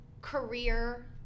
career